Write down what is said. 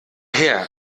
her